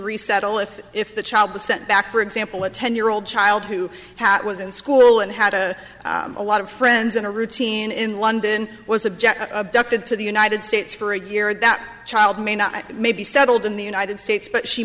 resettle if if the child was sent back for example a ten year old child who hat was in school and had a a lot of friends in a routine in london was object abducted to the united states for a year that child may not may be settled in the united states but she